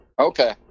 Okay